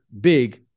big